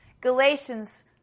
Galatians